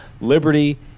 Liberty